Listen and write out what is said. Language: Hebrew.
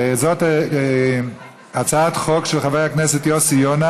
זאת הצעת חוק של חבר הכנסת יוסי יונה,